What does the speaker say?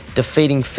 defeating